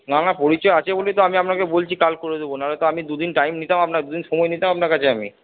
না না পরিচয় আছে বলেই তো আমি আপনাকে বলছি কাল করে দেব নাহলে তো দু দিন টাইম নিতাম আপনার কাছে দু দিন সময় নিতাম আপনার কাছে আমি